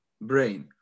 brain